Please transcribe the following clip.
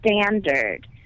standard